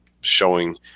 showing